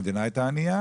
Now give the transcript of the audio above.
המדינה הייתה ענייה